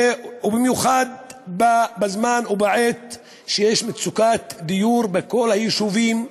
ובמיוחד בזמן ובעת שיש מצוקת דיור בכל היישובים,